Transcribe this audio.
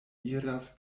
iras